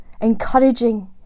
encouraging